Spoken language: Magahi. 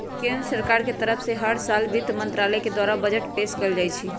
केन्द्र सरकार के तरफ से हर साल वित्त मन्त्रालय के द्वारा बजट पेश कइल जाईत हई